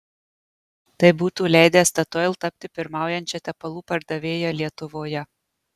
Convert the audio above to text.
tai būtų leidę statoil tapti pirmaujančia tepalų pardavėja lietuvoje